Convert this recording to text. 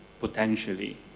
potentially